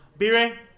B-Ray